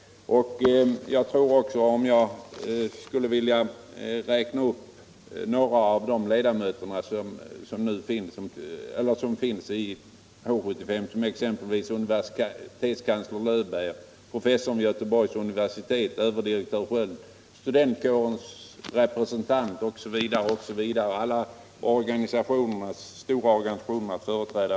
: Bland ledamöterna i H 75 finns universitetskansler Löwbeer, professorn vid Göteborgs universitet, överdirektör Sköld, studentkårsrepresentanter osv. —- alla stora organisationer i detta land är företrädda.